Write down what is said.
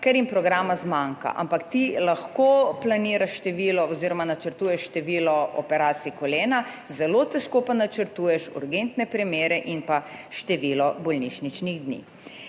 ker jim programa zmanjka. Ampak ti lahko planiraš število, oziroma načrtuješ število operacij kolena, zelo težko pa načrtuješ urgentne primere in pa število bolnišničnih dni.